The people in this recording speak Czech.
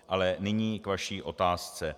Ale nyní k vaší otázce.